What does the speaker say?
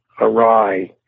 awry